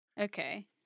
Okay